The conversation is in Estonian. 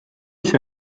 see